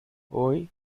hoy